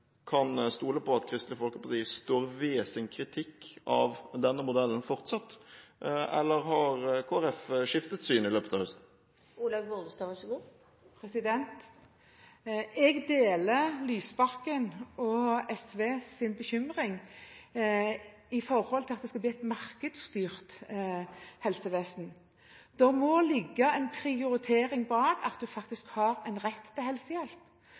kan stole på at Kristelig Folkeparti står ved sin kritikk av denne modellen fortsatt, eller har Kristelig Folkeparti skiftet syn i løpet av høsten? Jeg deler Lysbakken og SVs bekymring for at det skal bli et markedsstyrt helsevesen. Det må ligge en prioritering bak at man faktisk har en rett til helsehjelp